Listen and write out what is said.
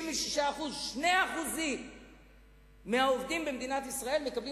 66%. 2% מהעובדים במדינת ישראל מקבלים